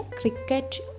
cricket